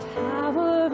power